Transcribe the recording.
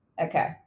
okay